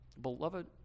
Beloved